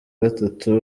gatatu